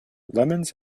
lemons